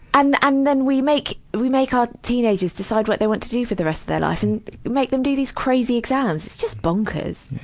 and, and then we make, we make our teenagers decide what they want to do for the rest of their life. and make them do these crazy exams. it's just bonkers.